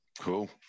cool